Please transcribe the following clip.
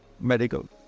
medical